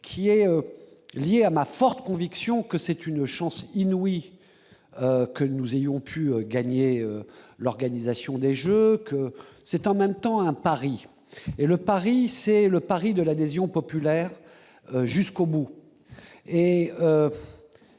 qui est lié à ma forte conviction que c'est une chance inouïe que nous ayons pu gagner l'organisation des Jeux, que c'est en même temps un pari et le pari, c'est le pari de l'adhésion populaire jusqu'au bout